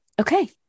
Okay